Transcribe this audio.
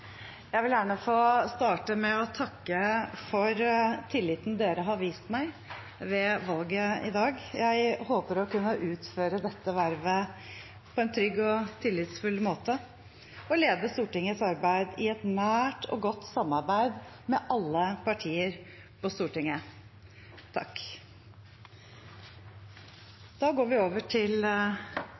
Jeg vil gjerne få starte med å takke for tilliten dere har vist meg ved valget i dag. Jeg håper å kunne utføre dette vervet på en trygg og tillitsfull måte og lede Stortingets arbeid i et nært og godt samarbeid med alle partier på Stortinget. Takk. Vi går da over til